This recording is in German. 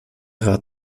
rat